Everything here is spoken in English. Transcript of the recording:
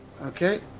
Okay